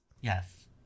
Yes